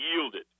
yielded